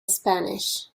spanish